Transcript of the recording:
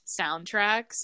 soundtracks